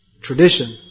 tradition